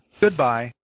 goodbye